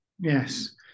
Yes